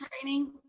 training